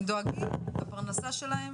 הם דואגים לפרנסה שלהם.